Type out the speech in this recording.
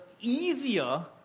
easier